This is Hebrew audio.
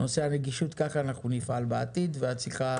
כך אנחנו נפעל בעתיד, ואת צריכה